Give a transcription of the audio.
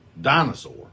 dinosaur